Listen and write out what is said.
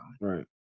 right